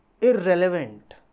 irrelevant